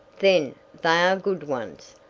then they are good ones,